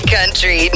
Country